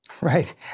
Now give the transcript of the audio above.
Right